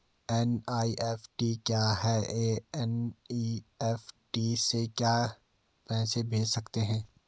NEFT क्या है हम एन.ई.एफ.टी से कैसे पैसे भेज सकते हैं?